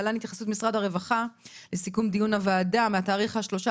להלן התייחסות משרד הרווחה לסיכום דיון הוועדה מתאריך 13